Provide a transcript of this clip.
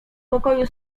pokoju